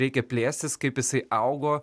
reikia plėstis kaip jisai augo